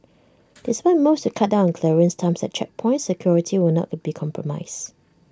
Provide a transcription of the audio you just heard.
despite moves to cut down clearance times at checkpoints security will not be compromised